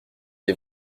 les